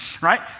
right